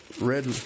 Red